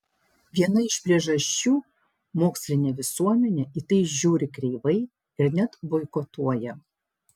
viena iš priežasčių mokslinė visuomenė į tai žiūri kreivai ir net boikotuoja